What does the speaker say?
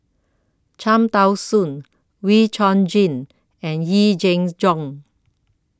Cham Tao Soon Wee Chong Jin and Yee Jenn Jong